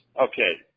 Okay